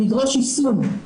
לדרוש יישום.